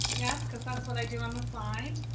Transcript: yes, cause that's what i do on the side.